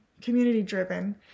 community-driven